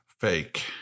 Fake